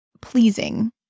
pleasing